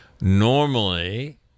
Normally